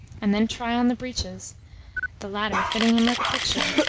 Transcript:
and then try on the breeches the latter fitting him like a picture,